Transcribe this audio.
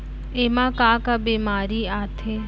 एमा का का बेमारी आथे?